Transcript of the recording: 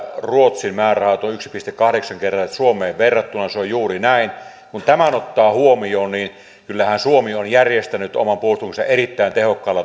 ruotsin määrärahat ovat yksi pilkku kahdeksan kertaiset suomeen verrattuna se on juuri näin kun tämän ottaa huomioon niin kyllähän suomi on järjestänyt oman puolustuksensa erittäin tehokkaalla